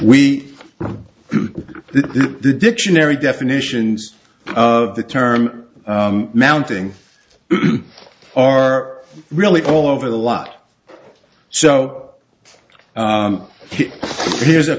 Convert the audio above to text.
we the dictionary definitions of the term mounting are really all over the lot so here's a